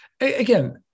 Again